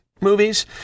movies